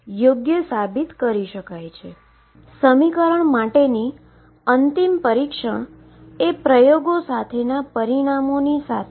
જે ક્વોન્ટમ સમસ્યાને જોવાની આ એક સંપૂર્ણ નવી રીત છે